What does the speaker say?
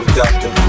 doctor